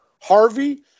Harvey